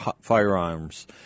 firearms